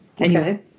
Okay